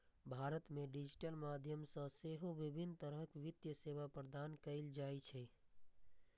भारत मे डिजिटल माध्यम सं सेहो विभिन्न तरहक वित्तीय सेवा प्रदान कैल जाइ छै